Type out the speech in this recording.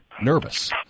Nervous